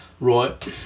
Right